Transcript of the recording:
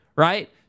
Right